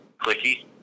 clicky